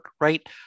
right